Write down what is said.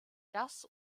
das